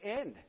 end